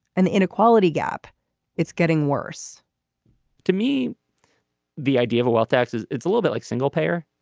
and the inequality gap it's getting worse to me the idea of a wealth tax is it's a little bit like single payer.